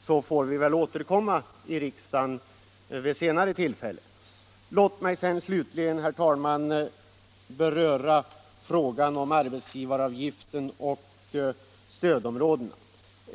så får vi åter komma i riksdagen vid ett senare tillfälle. Låt mig slutligen, herr talman, beröra frågan om arbetsgivaravgiften och stödområdena.